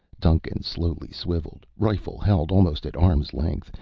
duncan slowly swiveled, rifle held almost at arm's length,